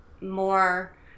more